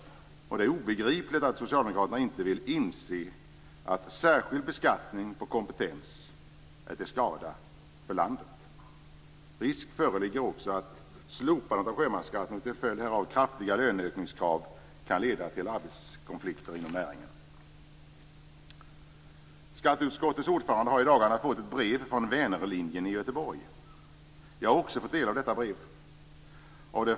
Det är obegripligt att Socialdemokraterna inte vill inse att särskild beskattning av kompetens är till skada för landet. Risk föreligger också att slopandet av sjömansskatten, och till följd härav kraftiga löneökningskrav, kan leda till arbetskonflikter inom näringen. Skatteutskottets ordförande har i dagarna fått ett brev från rederiet Vänerlinjen i Göteborg. Jag har också fått del av detta brev.